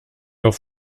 auf